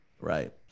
Right